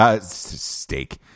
Steak